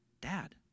dad